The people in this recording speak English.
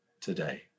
today